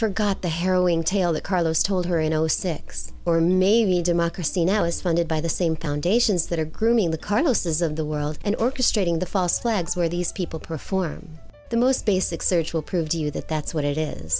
forgot the harrowing tale that carlos told her in zero six or maybe democracy now is funded by the same foundations that are grooming the carlos's of the world and orchestrating the false flags where these people perform the most basic search will prove to you that that's what it is